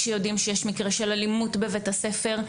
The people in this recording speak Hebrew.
כשיודעים שיש מקרה של אלימות בבית הספר,